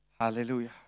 Hallelujah